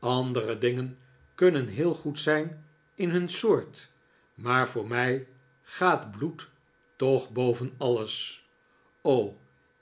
andere dingen kunnen heel goed zijn in hun soort maar voor mij gaat bloed toch boven alles